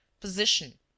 position